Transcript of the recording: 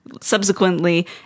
subsequently